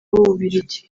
bubiligi